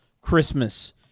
Christmas